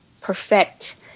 perfect